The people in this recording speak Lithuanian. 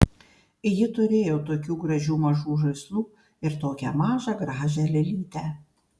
ji turėjo tokių gražių mažų žaislų ir tokią mažą gražią lėlytę